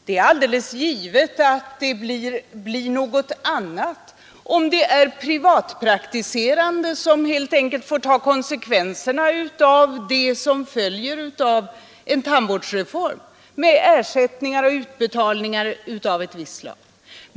Det är alldeles givet att det blir något annat om det är privatpraktiserande som helt enkelt får ta konsekvenserna av en tandvårdsreform med ersättningar och utbetalningar av ett visst slag.